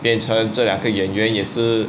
变成这两个演员也是